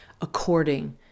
according